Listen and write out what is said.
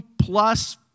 plus